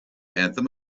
anthem